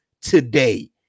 today